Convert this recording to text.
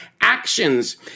actions